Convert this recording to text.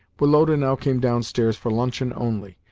woloda now came downstairs for luncheon only,